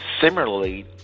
Similarly